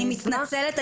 אני מתנצלת,